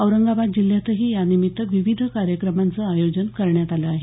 औरंगाबाद जिल्ह्यातही यानिमित्त विविध कार्यक्रमांचं आयोजन करण्यात आलं आहे